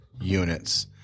units